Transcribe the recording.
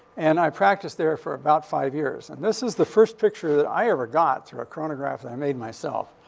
and i practiced there for about five years. and this is the first picture that i ever got through a chronograph that i made myself.